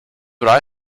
what